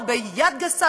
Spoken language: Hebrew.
או ביד גסה,